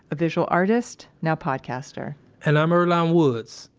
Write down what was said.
a visual artist, now podcaster and i'm earlonne woods.